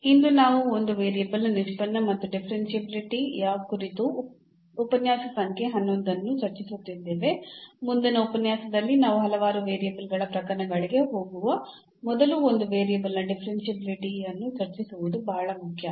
ಇಂದು ನಾವು ಒಂದು ವೇರಿಯಬಲ್ನ ನಿಷ್ಪನ್ನ ಮತ್ತು ಡಿಫರೆನ್ಷಿಯಾಬಿಲಿಟಿ ಯ ಕುರಿತು ಉಪನ್ಯಾಸ ಸಂಖ್ಯೆ 11 ಅನ್ನು ಚರ್ಚಿಸುತ್ತಿದ್ದೇವೆ ಮುಂದಿನ ಉಪನ್ಯಾಸದಲ್ಲಿ ನಾವು ಹಲವಾರು ವೇರಿಯಬಲ್ಗಳ ಪ್ರಕರಣಗಳಿಗೆ ಹೋಗುವ ಮೊದಲು ಒಂದು ವೇರಿಯಬಲ್ನ ಡಿಫರೆನ್ಷಿಯಾಬಿಲಿಟಿಯನ್ನು ಚರ್ಚಿಸುವುದು ಬಹಳ ಮುಖ್ಯ